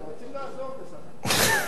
אנחנו רוצים לעזור בסך הכול.